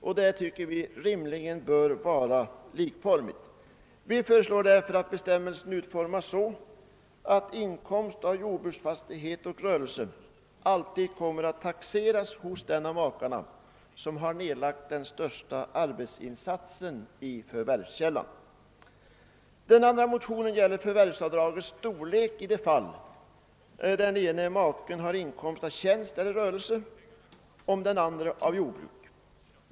Vi tycker att det rimligen bör vara likformighet härvidlag och föreslår därför att bestämmelsen utformas så, att inkomst av jordbruksfastighet och rörelse alltid kommer att taxeras hos den av makarna som har gjort den största arbetsinsatsen i förvärvskällan. Den andra motionen gäller förvärvsavdragets storlek i de fall då den ena maken har inkomst av tjänst eller rörelse och den andra av jordbruk.